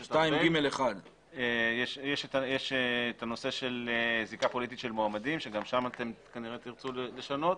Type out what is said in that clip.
יש את הנושא של זיקה פוליטית של מועמדים שגם שם אתם כנראה תרצו לשנות.